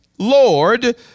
lord